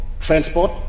transport